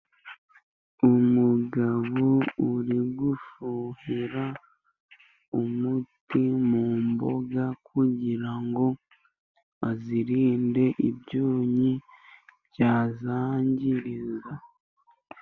Umugabo uri gufuhira umuti mu mboga, kugira ngo azirinde ibyonnyi byazangiriza.